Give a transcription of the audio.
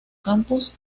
campus